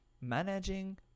managing